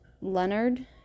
Leonard